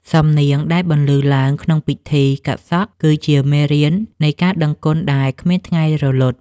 សំនៀងដែលបន្លឺឡើងក្នុងពិធីកាត់សក់ គឺជាមេរៀននៃការដឹងគុណដែលគ្មានថ្ងៃរលត់។